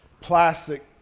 plastic